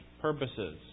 purposes